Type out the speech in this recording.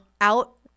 out